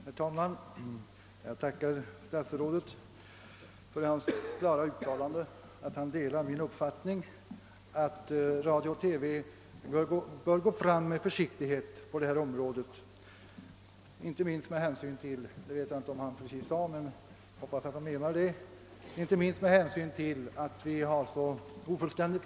Herr talman! Jag tackar statsrådet för hans klara uttalande att han delar min uppfattning att radio och TV bör gå fram med försiktighet på detta område, inte minst med hänsyn till — jag vet inte om statsrådet sade det, men jag hoppas han menade det — att forskningen på detta område är så ofullständig.